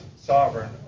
sovereign